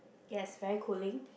yes very cooling